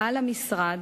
פעל המשרד